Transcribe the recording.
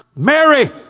Mary